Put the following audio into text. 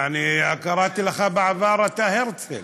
קראתי לך בעבר "הרצל".